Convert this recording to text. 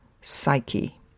psyche